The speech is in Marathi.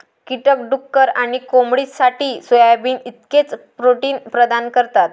कीटक डुक्कर आणि कोंबडीसाठी सोयाबीन इतकेच प्रोटीन प्रदान करतात